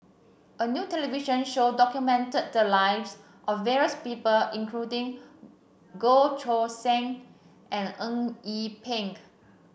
a new television show documented the lives of various people including Goh Choo San and Eng Yee Peng